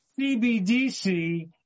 CBDC